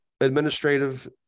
administrative